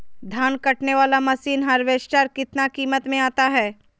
धान कटने बाला मसीन हार्बेस्टार कितना किमत में आता है?